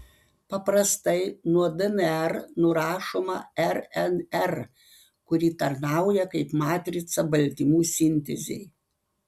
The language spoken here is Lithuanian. paprastai nuo dnr nurašoma rnr kuri tarnauja kaip matrica baltymų sintezei